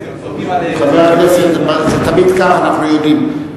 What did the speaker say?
זה תמיד כך, אנחנו יודעים.